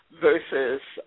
versus